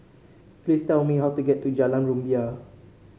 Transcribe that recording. please tell me how to get to Jalan Rumbia